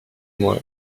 moi